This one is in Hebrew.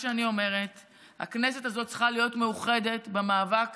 הכנסת הזאת צריכה להיות מאוחדת במאבק